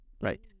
right